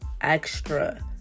extra